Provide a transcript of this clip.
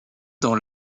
dans